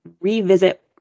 revisit